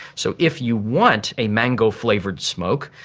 so if you want a mango flavoured smoke,